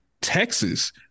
Texas